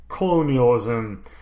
colonialism